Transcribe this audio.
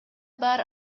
бар